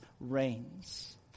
reigns